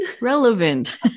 Relevant